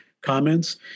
comments